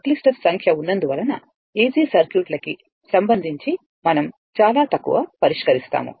సంక్లిష్ట సంఖ్య ఉన్నందువలన ఎసి సర్క్యూట్ లకి సంబంధించి మనం చాలా తక్కువ పరిష్కరిస్తాము